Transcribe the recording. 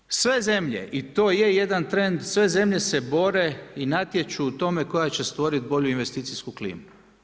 Naime sve zemlje i to jedan trend, sve zemlje se bore i natječu u tome koja će stvoriti bolju investicijsku klimu.